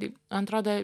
kaip man atrodo